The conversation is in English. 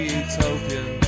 utopian